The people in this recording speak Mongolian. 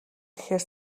гэхээр